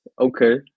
Okay